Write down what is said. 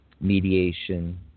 mediation